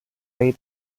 eight